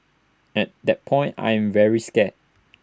at that point I am very scared